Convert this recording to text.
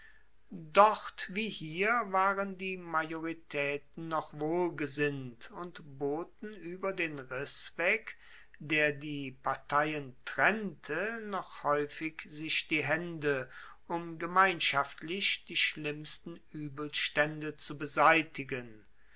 dort wie hier waren die majoritaeten noch wohlgesinnt und boten ueber den riss weg der die parteien trennte noch haeufig sich die haende um gemeinschaftlich die schlimmsten uebelstaende zu beseitigen